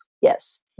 Yes